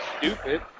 stupid